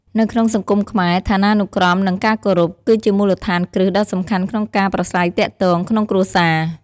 នៅក្នុងសង្គមខ្មែរ ឋានានុក្រម និងការគោរព គឺជាមូលដ្ឋានគ្រឹះដ៏សំខាន់ក្នុងការប្រាស្រ័យទាក់ទងក្នុងគ្រួសារ។